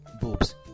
Boobs